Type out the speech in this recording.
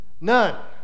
None